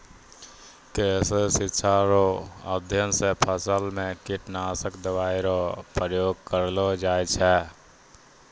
कृषि शिक्षा रो अध्ययन से फसल मे कीटनाशक दवाई रो प्रयोग करलो जाय छै